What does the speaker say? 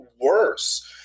worse